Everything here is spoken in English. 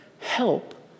help